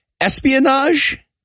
espionage